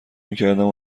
میکردم